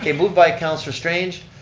ah moved by councilor strange,